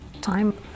time